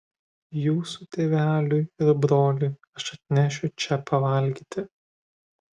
jūsų tėveliui ir broliui aš atnešiu čia pavalgyti